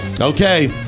Okay